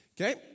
Okay